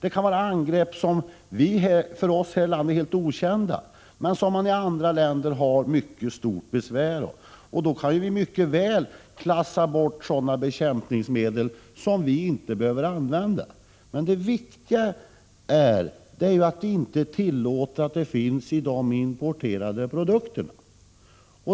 I andra länder kan man ha stora besvär med angrepp som är okända för oss i Sverige, och vi kan klassa bort sådana bekämpningsmedel som vi inte behöver använda. Det viktiga är då att inte tillåta att de medlen finns i de importerade produkterna.